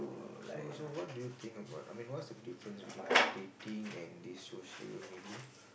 so so what do you think about I mean what's the difference between about dating and this social media